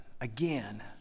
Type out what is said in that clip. again